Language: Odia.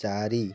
ଚାରି